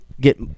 get